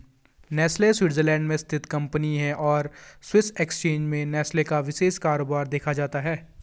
Nestle Switzerland में स्थित कंपनी है और स्विस एक्सचेंज में नेस्ले का विशेष कारोबार देखा जाता है